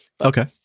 Okay